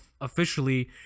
officially